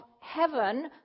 heaven